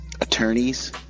attorneys